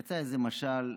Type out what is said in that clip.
יצא איזה משל,